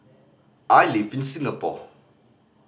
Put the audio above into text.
I live in Singapore